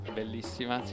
bellissima